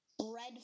Red